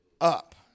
up